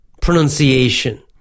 pronunciation